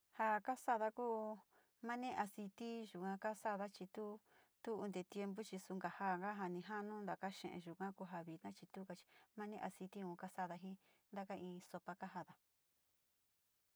Ja'a kaxanda ku'u nani aciti yuu ha kaxada chí tuu tuu inka tiempo xhi nukaxandá janii njano ndakaxhen, yuu ka'a kojamindá chitunja chi manihe aciti unka xandá njí ndaka iin sopa kajandá.